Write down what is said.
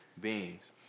beings